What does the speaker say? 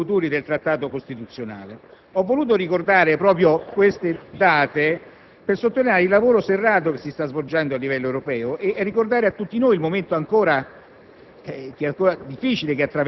in cui si discuterà degli sviluppi futuri del Trattato costituzionale. Ho voluto citare queste date per sottolineare il lavoro serrato che si sta svolgendo a livello europeo e ricordare a tutti noi il momento ancora